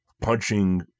punching